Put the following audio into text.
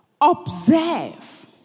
observe